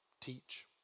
teach